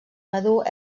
madur